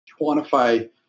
quantify